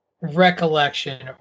recollection